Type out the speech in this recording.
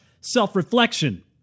self-reflection